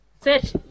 Sit